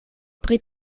pri